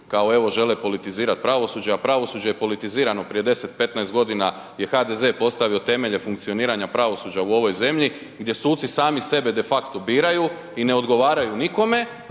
kao evo žele politizirati pravosuđe, a pravosuđe je politizirano prije 10-15 godina je HDZ postavio temelje funkcioniranja pravosuđa u ovoj zemlji gdje suci sami sebe de facto biraju i ne odgovaraju nikome.